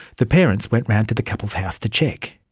the parents went round to the couple's house to check.